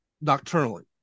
nocturnally